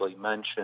mentioned